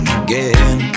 again